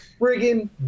friggin